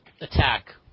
attack